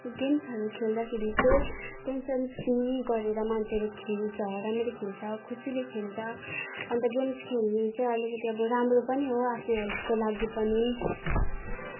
गेम्सहरू खेल्दाखेरि चाहिँ टेन्सन फ्री गरेर मान्छेहरू खेल्छ राम्ररी खेल्छ खुसीले खेल्छ अन्त गेम्स खेल्नु चाहिँ अलिकति अब राम्रो पनि हो आफ्नो हेल्थको लागि पनि